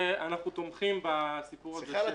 תומכים בסיפור הזה.